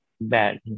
bad